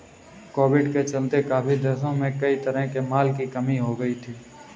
Covid के चलते काफी देशों में कई तरह के माल की कमी हो गई थी